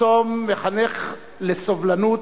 הצום מחנך לסובלנות,